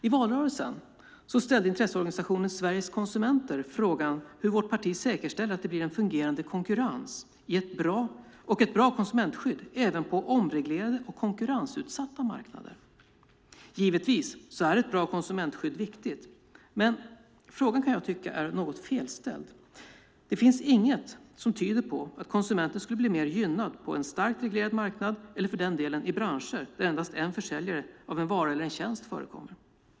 I valrörelsen ställde intresseorganisationen Sveriges Konsumenter frågan hur vårt parti säkerställer att det blir en fungerande konkurrens och ett bra konsumentskydd även på omreglerade och konkurrensutsatta marknader. Givetvis är ett bra konsumentskydd viktigt, men frågan kan jag tycka är något felställd. Det finns inget som tyder på att konsumenten skulle bli mer gynnad på en starkt reglerad marknad eller för den delen i branscher där endast en försäljare av en vara eller tjänst förekommer.